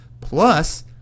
plus